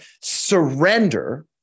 surrender